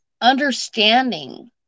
understanding